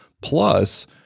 Plus